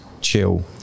chill